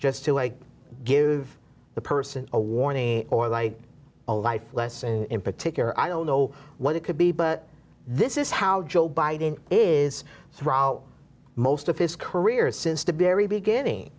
just give the person a warning or like a life lesson in particular i don't know what it could be but this is how joe biden is throughout most of his career since to be very beginning